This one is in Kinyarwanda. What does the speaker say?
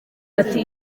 ati